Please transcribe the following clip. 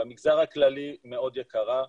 במגזר הכללי היא מאוד יקרה,